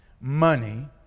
money